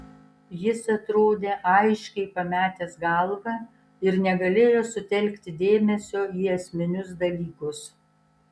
jis atrodė aiškiai pametęs galvą ir negalėjo sutelkti dėmesio į esminius dalykus